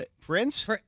Prince